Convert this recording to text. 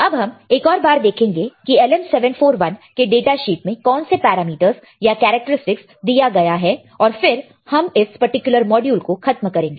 अब हम एक और बार देखेंगे की LM741 के डाटा शीट में कौन से पैरामीटर्स या कैरेक्टरस्टिक्स दिया गया है और फिर हम इस पर्टिकुलर मॉड्यूल को खत्म करेंगे